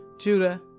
Judah